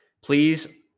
please